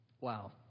Wow